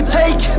take